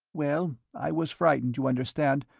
well, i was frightened, you understand,